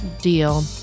Deal